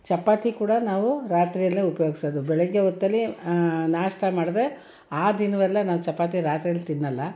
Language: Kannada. ಚಪಾತಿ ಕೂಡ ನಾವು ರಾತ್ರಿಯಲ್ಲೆ ಉಪಯೋಗ್ಸೋದು ಬೆಳಗ್ಗೆ ಹೊತ್ತಲ್ಲಿ ನಾಷ್ಟ ಮಾಡಿದ್ರೆ ಆ ದಿನವೆಲ್ಲ ನಾವು ಚಪಾತಿ ರಾತ್ರಿಲಿ ತಿನ್ನೋಲ್ಲ